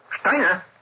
Steiner